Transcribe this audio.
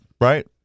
right